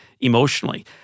emotionally